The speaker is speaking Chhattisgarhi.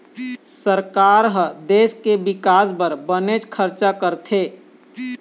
सरकार ह देश के बिकास बर बनेच खरचा करथे